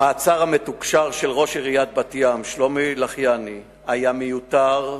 המעצר המתוקשר של ראש עיריית בת-ים שלומי לחיאני היה מיותר,